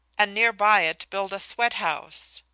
and near by it build a sweat-house.